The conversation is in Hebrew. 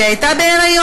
כי היא הייתה בהיריון.